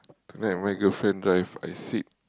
tonight my girlfriend drive I sit